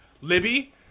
Libby